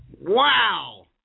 Wow